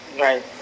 Right